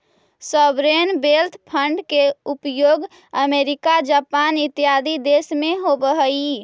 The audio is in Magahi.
सॉवरेन वेल्थ फंड के उपयोग अमेरिका जापान इत्यादि देश में होवऽ हई